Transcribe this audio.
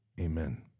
Amen